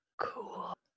Cool